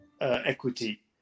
equity